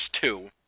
two